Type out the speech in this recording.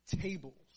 tables